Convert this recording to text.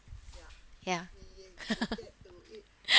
ya